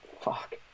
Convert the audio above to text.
fuck